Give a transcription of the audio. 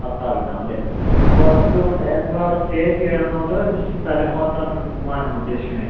പത്ത് ആൾ ഉണ്ടാവും അല്ലേ അപ്പോൾ നമുക്ക് ഇവിടെ നിന്ന് നിങ്ങൾ അവിടെ സ്റ്റേ ചെയ്യാൻ ആണോ അതോ ജസ്റ്റ് സ്ഥലം മാത്രം കണ്ട് പോവാനാണോ ഉദ്ദേശിക്കുന്നത്